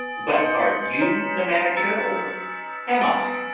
but are you the manager, or am i?